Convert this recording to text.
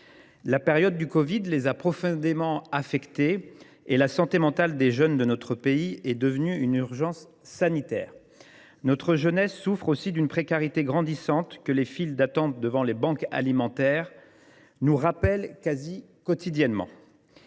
La période du covid 19 l’a profondément affectée et la santé mentale des jeunes de notre pays est devenue une urgence sanitaire. Notre jeunesse souffre aussi d’une précarité grandissante que les files d’attente devant les banques alimentaires nous rappellent quasi quotidiennement.